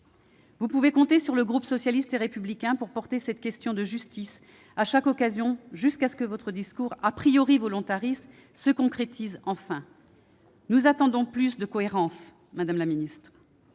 Vous pouvez compter sur le groupe socialiste et républicain pour porter cette question de justice à chaque occasion jusqu'à ce que votre discours, volontariste, se concrétise enfin. Nous attendons plus de cohérence, madame la ministre